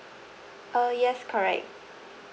uh yes correct